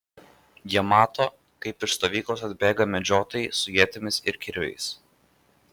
jie mato kaip iš stovyklos atbėga medžiotojai su ietimis ir kirviais